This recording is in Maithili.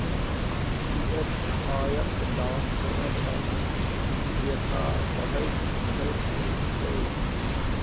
फिएट पायक दाम सोना चानी जेंका बढ़ैत घटैत नहि छै